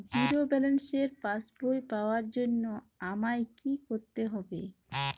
Zero ব্যালেন্সের পাসবই পাওয়ার জন্য আমায় কী করতে হবে?